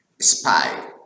Spy